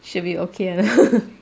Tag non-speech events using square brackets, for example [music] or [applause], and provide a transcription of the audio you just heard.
should be okay [laughs]